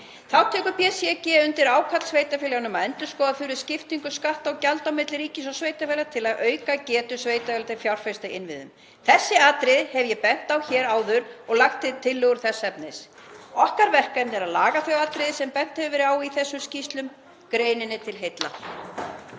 Þá tekur BCG undir ákall sveitarfélaganna um að endurskoða þurfi skiptingu skatta og gjalda á milli ríkis og sveitarfélaga til að auka getu sveitarfélaga til að fjárfesta í innviðum. Þessi atriði hef ég bent á hér áður og lagt til tillögur þess efnis. Okkar verkefni er að laga þau atriði sem bent hefur verið á í þessum skýrslum, greininni til heilla.